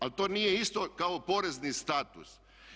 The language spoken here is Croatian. Ali to nije isto kao porezni status.